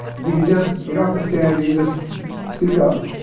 if you could just, you don't have to stand, if you could just speak up.